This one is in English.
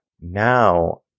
now